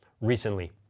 recently